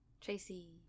Tracy